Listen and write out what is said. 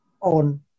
on